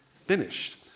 finished